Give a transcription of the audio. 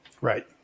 Right